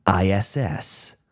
ISS